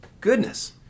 Goodness